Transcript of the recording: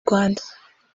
rwanda